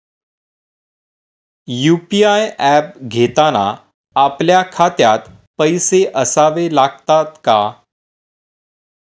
UPI app घेताना आपल्या खात्यात पैसे असावे लागतात का?